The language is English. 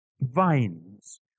vines